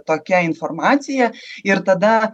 tokia informacija ir tada